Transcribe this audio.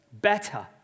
better